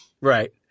right